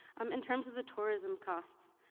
um in terms of the tourism costs,